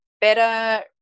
better